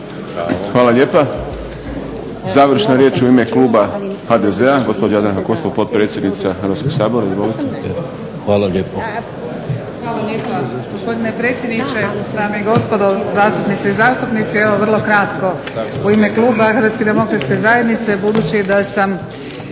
Hvala lijepa. Završna riječ u ime kluba HDZ-a gospođa Jadranka Kosor potpredsjednica Hrvatskog sabora. Izvolite. **Kosor, Jadranka (HDZ)** Hvala lijepa gospodine predsjedniče, dame i gospodo zastupnice i zastupnici. Evo vrlo kratko u ime kluba HDZ-a budući da sam